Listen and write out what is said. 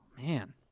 man